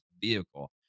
vehicle